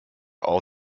all